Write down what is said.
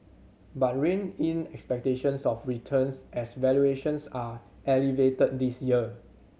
but rein in expectations of returns as valuations are elevated this year